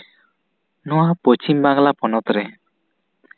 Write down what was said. ᱱᱚᱣᱟ ᱯᱚᱥᱪᱷᱤᱢ ᱵᱟᱝᱞᱟ ᱯᱚᱱᱚᱛ ᱨᱮ